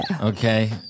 okay